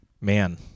Man